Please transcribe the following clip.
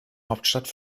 hauptstadt